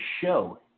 show